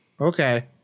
Okay